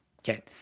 Okay